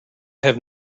have